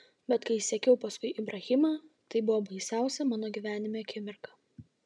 bet kai sekiau paskui ibrahimą tai buvo baisiausia mano gyvenime akimirka